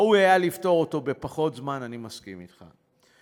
ראוי היה לפתור בפחות זמן, אני מסכים אתך.